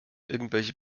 irgendwelche